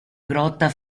grotta